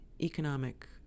economic